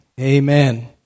Amen